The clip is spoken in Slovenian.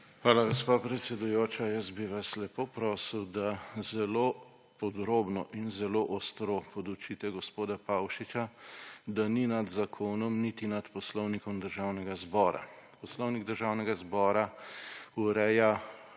Hvala, gospa predsedujoča. Jaz bi vas lepo prosil, da zelo podrobno in zelo ostro podučite gospoda Pavšiča, da ni nad zakonom niti nad Poslovnikom Državnega zbora. Poslovnik Državnega zbora ureja,